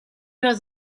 was